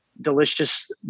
delicious